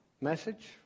message